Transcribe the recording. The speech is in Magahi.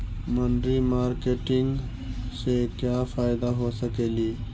मनरी मारकेटिग से क्या फायदा हो सकेली?